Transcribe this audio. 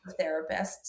therapists